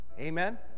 Amen